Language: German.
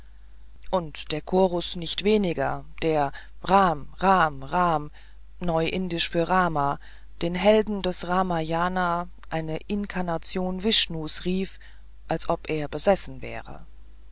und der chorus nicht weniger der rm rm rm neu indisch für rama den helden des ramayana eine inkarnation vishnus rief als ob er besessen wäre